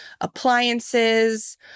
appliances